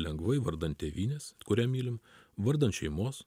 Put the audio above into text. lengvai vardan tėvynės kurią mylim vardan šeimos